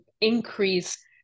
increase